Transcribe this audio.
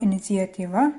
iniciatyva